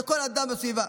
לכל אדם בסביבה.